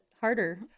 harder